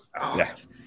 Yes